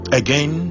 again